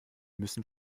müssen